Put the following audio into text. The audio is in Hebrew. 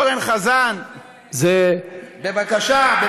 אדוני חבר הכנסת אורן חזן, בבקשה ממך.